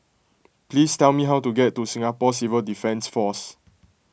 please tell me how to get to Singapore Civil Defence force